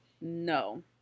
no